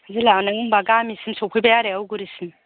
जेब्ला नों होम्बा गामिसिम सौफैबाय आरो औगुरिसिम